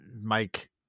Mike